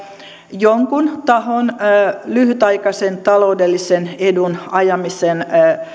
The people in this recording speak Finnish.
jonkun tahon lyhytaikaisen taloudellisen edun ajamisen